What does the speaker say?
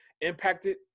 impacted